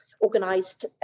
organised